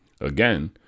Again